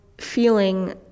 feeling